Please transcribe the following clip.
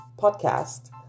podcast